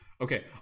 okay